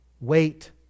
Wait